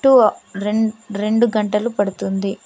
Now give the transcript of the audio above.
two రెండు గంటలు పడుతుంది